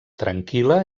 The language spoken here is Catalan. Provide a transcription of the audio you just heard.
tranquil·la